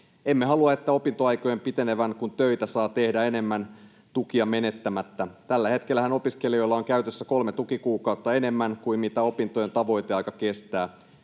Emme halua opintoaikojen pitenevän, kun töitä saa tehdä enemmän tukia menettämättä. Tällä hetkellähän opiskelijoilla on käytössä kolme tukikuukautta enemmän kuin mitä opintojen tavoiteaika kestää.